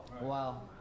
Wow